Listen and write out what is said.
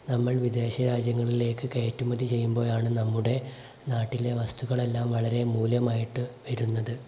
നമ്മൾ വിദേശരാജ്യങ്ങളിലേക്ക് കയറ്റുമതി ചെയ്യുമ്പോഴാണ് നമ്മുടെ നാട്ടിലെ വസ്തുക്കളെല്ലാം വളരെ മൂല്യമായിട്ട് വരുന്നത്